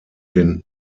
den